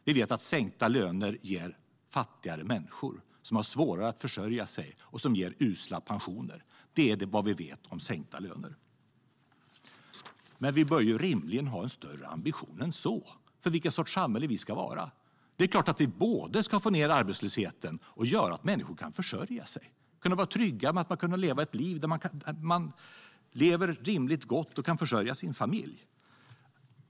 Vi vet att sänkta löner ger fattigare människor som har svårare att försörja sig och att det ger usla pensioner. Det är vad vi vet om sänkta löner. Men vi bör ju rimligen ha en högre ambition än så för vilken sorts samhälle Sverige ska vara. Det är klart att vi både ska få ned arbetslösheten och göra att människor kan försörja sig. Man ska kunna vara trygg med att man kan leva rimligt gott och försörja sin familj.